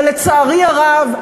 ולצערי הרב,